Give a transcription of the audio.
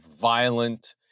violent